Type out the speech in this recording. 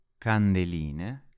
Candeline